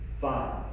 five